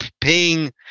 paying